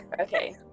Okay